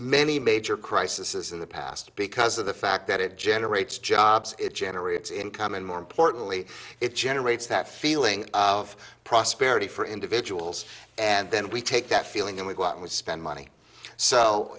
many major crisis in the past because of the fact that it generates jobs it generates income and more importantly it generates that feeling of prosperity for individuals and then we take that feeling and we go out and spend money so